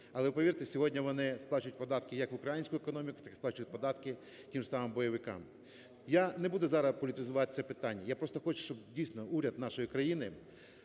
Але, повірте, сьогодні вони сплачують податки як в українську економіку, так і сплачують податки тим же самим бойовикам. Я не буду зараз політизувати це питання, я просто хочу, щоб, дійсно, уряд нашої країни